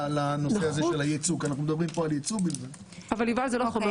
זה לא חומר נחות.